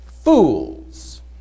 fools